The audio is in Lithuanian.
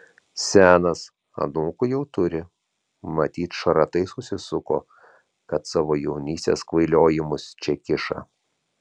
senas anūkų jau turi matyt šratai susisuko kad savo jaunystės kvailiojimus čia kiša